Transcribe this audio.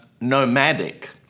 nomadic